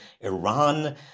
Iran